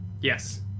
yes